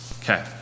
Okay